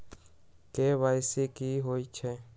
KYC कि होई छई?